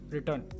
Return